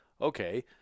Okay